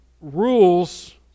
rules